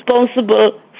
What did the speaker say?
responsible